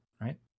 right